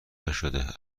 نشده